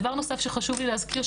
דבר נוסף שחשוב לי להזכיר,